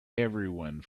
everyone